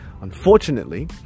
Unfortunately